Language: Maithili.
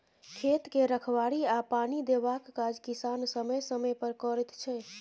खेत के रखबाड़ी आ पानि देबाक काज किसान समय समय पर करैत छै